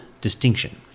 distinction